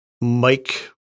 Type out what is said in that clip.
Mike